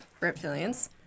reptilians